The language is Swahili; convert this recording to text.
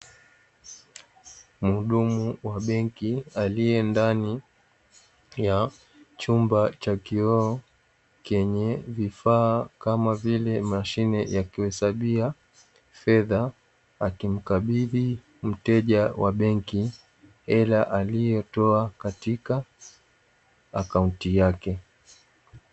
Mhudumu wa benki aliyendani ya chumba cha kioo chenye vifaa kama vile, mashine ya kuhesabia fedha ;akimkabidhi mteja wa benki hela aliyotoa katika akaunti yake.